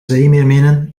zeemeerminnen